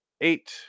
eight